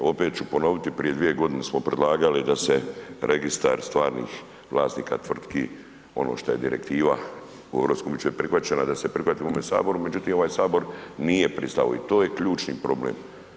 Opet ću ponoviti, prije 2 godine smo predlagali da se registar stvarnih vlasnika tvrtki, ono što je direktiva u EU već je prihvaćena, da se prihvati u ovome Saboru, međutim ovaj Sabor nije pristao i to je ključni problem.